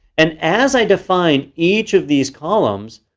and as i define each of these columns,